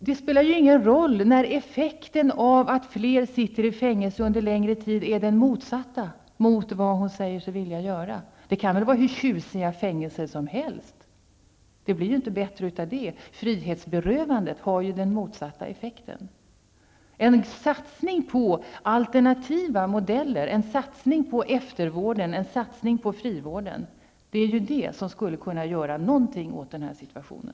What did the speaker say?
Det spelar ingen roll, när effekten av att fler sitter i fängelse under längre tid är den motsatta mot vad hon säger sig vilja ha. Det kan vara hur tjusiga fängelser som helst, men de som sitter där blir inte bättre av det -- frihetsberövandet har den motsatta effekten. En satsning på alternativa modeller, en satsning på eftervården och på frivården skulle kunna göra någonting åt den här situationen.